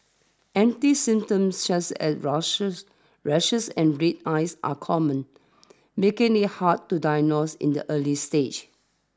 empty symptoms such as rushes rashes and red eyes are common making it hard to diagnose in the early stages